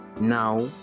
now